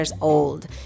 old